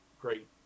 great